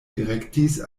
direktis